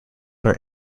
are